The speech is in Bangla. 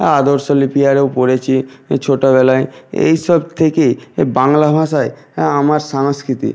আদর্শ লিপি আরেও পড়েছি ছোটোবলায় এইসব থেকে এ বাংলা ভাষায় আমার সংস্কৃতি